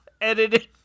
edited